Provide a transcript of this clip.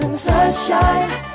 Sunshine